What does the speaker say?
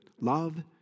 love